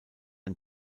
ein